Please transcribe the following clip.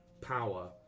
power